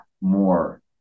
more